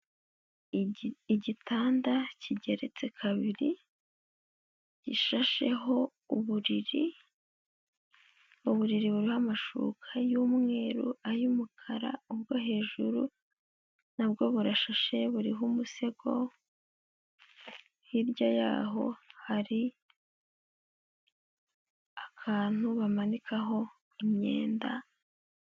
Igitanda kigeretse kabiri gishasheho uburiri. Uburiri bw'amashuka y'umweru, ay'umukara uva hejuru nabwo burashashe buriho umusego hirya y'aho hari akantu bamanikaho imyenda.